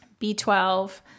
B12